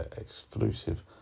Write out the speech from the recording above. exclusive